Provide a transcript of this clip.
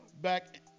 back